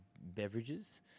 beverages